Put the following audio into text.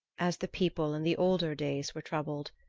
as the people in the older days were troubled,